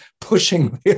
pushing